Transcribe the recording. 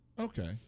okay